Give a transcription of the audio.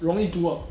容易读啊